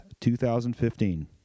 2015